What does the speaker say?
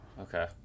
Okay